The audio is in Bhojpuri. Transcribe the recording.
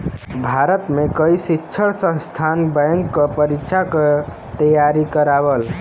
भारत में कई शिक्षण संस्थान बैंक क परीक्षा क तेयारी करावल